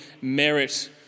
merit